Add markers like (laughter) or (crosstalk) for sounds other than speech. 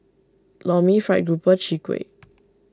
Lor Mee Fried Grouper Chwee Kueh (noise)